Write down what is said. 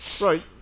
Right